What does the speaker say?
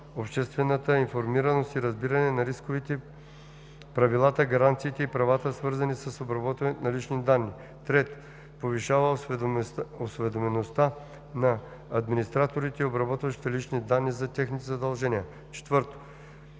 обществената информираност и разбиране на рисковете, правилата, гаранциите и правата, свързани с обработването на лични данни; 3. повишава осведомеността на администраторите и обработващите лични данни за техните задължения; 4.